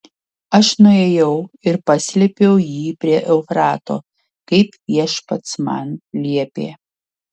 aš nuėjau ir paslėpiau jį prie eufrato kaip viešpats man liepė